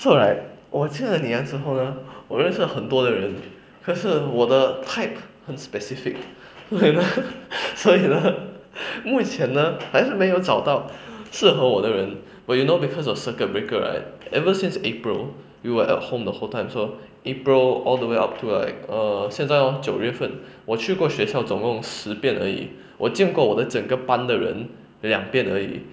so right 我进来 ngee ann 之后呢我认识很多的人可是我的 type 很 specific 所以呢 所以呢 目前呢还是没有找到适合我的人 but you know because of circuit breaker right ever since april we were at home the whole time so april all the way up to like err 现在 lor 九月份我去过学校中共十遍而已我见过我的整个班的人两遍而已